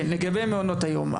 היום,